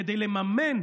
כדי לממן